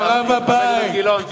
חבר הכנסת גילאון, סליחה.